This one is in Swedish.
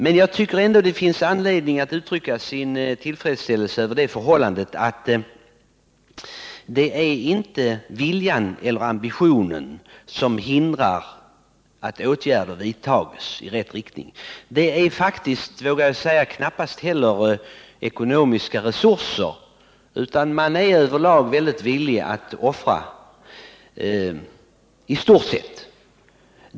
Det finns emellertid anledning att uttrycka sin tillfredsställelse över det förhållandet att varken viljan eller ambitionen hindrar att åtgärder vidtas. Det är knappast heller ekonomiska resurser som fattas, utan över lag är man villig att offra medel.